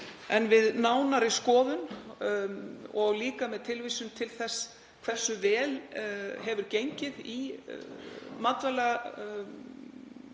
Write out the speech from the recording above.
En við nánari skoðun og líka með tilliti til þess hversu vel hefur gengið í